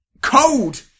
Code